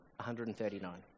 139